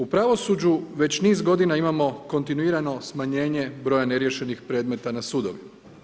U pravosuđu već niz godina imamo kontinuirano smanjenje broja neriješenih predmeta na sudovima.